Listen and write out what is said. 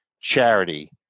charity